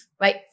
right